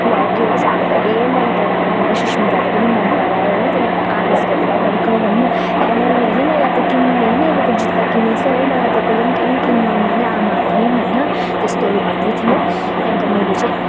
लग्यो सबैले मन परायो होइन सुष्मिताले पनि मन परायो त्यसलाई त आह्रिस गरेर गरेको भन्न एयाँ हेर्नु नि यसलाई त किन्ने हेर्न अहिले त जुत्ता किनेछ हो मलाई त कसले पनि किनिदिँदैन आमाहरू पनि होइन त्यस्तोहरू भन्दै थियो त्यहाँदेखि मैले चाहिँ